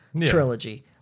trilogy